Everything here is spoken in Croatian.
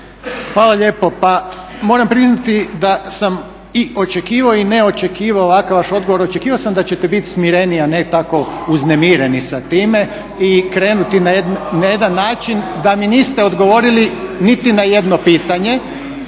Hvala lijepo. Pa moram priznati da sam i očekivao i ne očekivao ovakav vaš odgovor. Očekivao sam da ćete bit smireniji, a ne tako uznemireni sa time i krenuti na jedan način da mi niste odgovorili niti na jedno pitanje.